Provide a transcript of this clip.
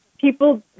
people